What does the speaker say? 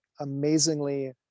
amazingly